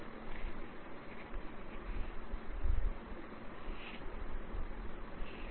इस तरह आप सैंपल रिक्वायरमेंट आवश्यकता सूची तैयार कर सकते हैं